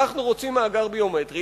אנחנו רוצים מאגר ביומטרי.